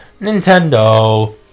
Nintendo